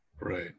Right